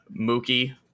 Mookie